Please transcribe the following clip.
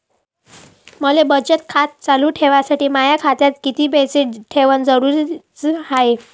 मले बचत खातं चालू ठेवासाठी माया खात्यात कितीक पैसे ठेवण जरुरीच हाय?